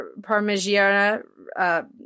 Parmigiana